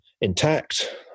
intact